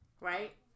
Right